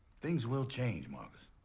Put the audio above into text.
things will change, marcus,